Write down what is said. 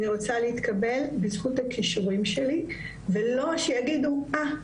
אני רוצה להתקבל בזכות הכישורים שלי ולא שיגידו 'אה,